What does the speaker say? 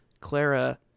Clara